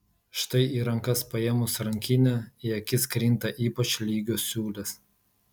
štai į rankas paėmus rankinę į akis krinta ypač lygios siūlės